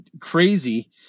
crazy